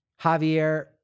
Javier